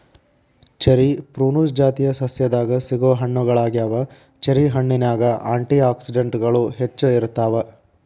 cherry ಪ್ರೂನುಸ್ ಜಾತಿಯ ಸಸ್ಯದಾಗ ಸಿಗೋ ಹಣ್ಣುಗಳಗ್ಯಾವ, ಚೆರಿ ಹಣ್ಣಿನ್ಯಾಗ ಆ್ಯಂಟಿ ಆಕ್ಸಿಡೆಂಟ್ಗಳು ಹೆಚ್ಚ ಇರ್ತಾವ